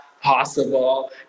possible